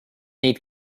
neid